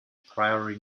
priori